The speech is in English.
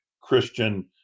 Christian